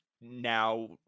now